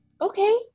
okay